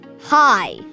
hi